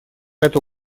эту